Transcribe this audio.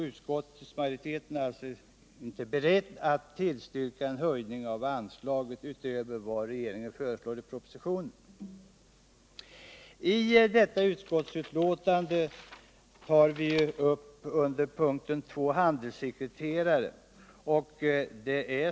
Utskottsmajoriteten är därför inte beredd utt tillstyrka en höjning av anslaget utöver vad regeringen föreslår i propositionen. I detta utskottsbetänkande tar vi under punkten 2 upp handelssekreterare.